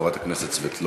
חברת הכנסת סבטלובה.